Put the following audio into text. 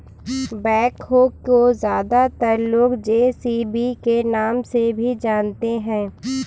backhoe को ज्यादातर लोग जे.सी.बी के नाम से भी जानते हैं